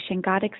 God